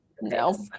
No